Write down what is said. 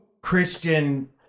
christian